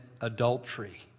adultery